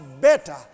better